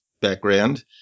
background